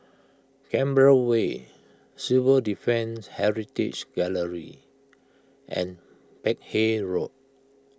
Canberra Way Civil Defence Heritage Gallery and Peck Hay Road